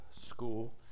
School